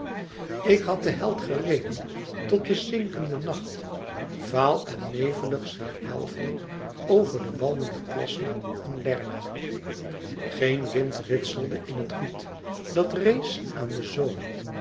ik had den held gereden tot de zinkende nacht vaal en nevelig zich welfde over de walmende plassen van lerna geen wind ritselde in het riet dat rees aan den zoom